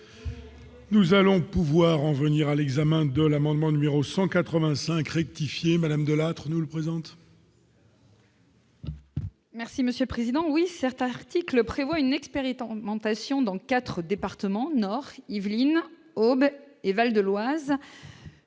Nous allons pouvoir en venir à l'examen de l'amendement numéro 185 rectifier Madame Delattre nous le présente. Merci Monsieur le Président, oui certains articles prévoit une expert est en augmentation dans 4 départements du Nord, Yvelines et Val-de-Loire